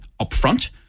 upfront